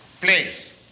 place